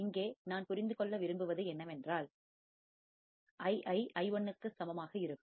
இங்கே நான் புரிந்து கொள்ள விரும்புவது என்னவென்றால் Ii I1 க்கு சமமாக இருக்கும்